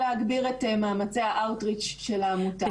להגביר את מאמצי ה- outreachשל העמותה.